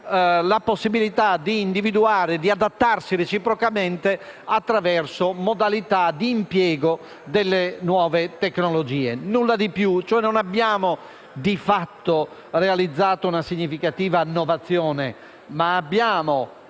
il contratto che le regola, di adattarsi reciprocamente attraverso modalità di impiego delle nuove tecnologie. Nulla di più. Non abbiamo, di fatto, realizzato una significativa novazione, ma abbiamo